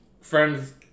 friends